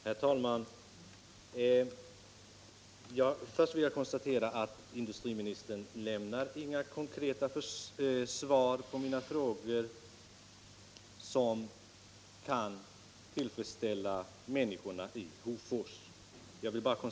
Herr talman! Först vill jag bara konstatera att industriministern inte lämnar några konkreta svar på mina frågor som kan tillfredsställa människorna i Hofors.